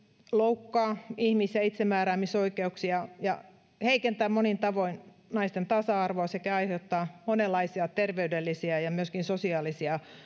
loukkaa ihmisen itsemääräämisoikeuksia ja heikentää monin tavoin naisten tasa arvoa sekä aiheuttaa monenlaisia terveydellisiä ja myöskin sosiaalisia